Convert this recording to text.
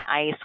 ice